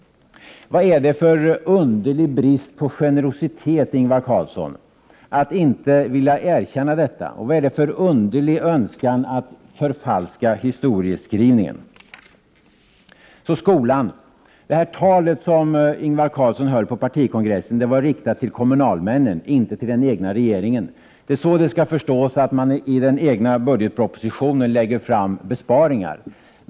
Vad är det för underlig brist på generositet, Ingvar Carlsson, att inte vilja erkänna detta, och vad är det för underlig önskan att förfalska historieskrivningen? Så skolan. Det tal som Ingvar Carlsson höll på partikongressen var riktat till kommunalmännen, inte till den egna regeringen. Det är så det skall förstås att man i budgetpropositionen lägger fram förslag om besparingar.